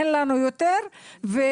אין לנו יותר והולך.